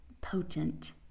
potent